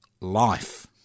life